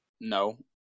no